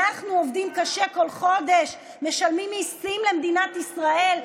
אנחנו עובדים קשה כל חודש ומשלמים מיסים למדינת ישראל.